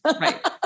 Right